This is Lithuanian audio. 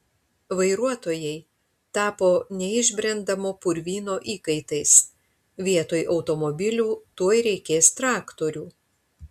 vairuotojai tapo neišbrendamo purvyno įkaitais vietoj automobilių tuoj reikės traktorių